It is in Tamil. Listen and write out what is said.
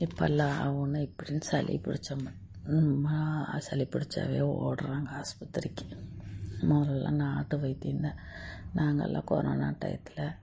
இப்போல்லாம் ஒன்றும் எப்படின்னு சளி பிடிச்சிட்ணும் ரொம்ப நாள் சளி பிடிச்சாவே ஓட்டுறாங்க ஹாஸ்பத்திரிக்கு முதல்லலாம் நாட்டு வைத்தியம் தான் நாங்கள் எல்லாம் கொரோனா டையத்தில்